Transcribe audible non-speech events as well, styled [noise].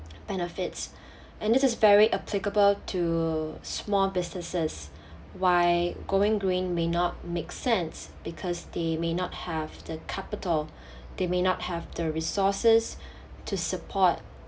benefits [breath] and this is very applicable to small businesses why going green may not make sense because they may not have the capital [breath] they may not have the resources [breath] to support